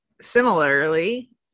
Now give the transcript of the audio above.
similarly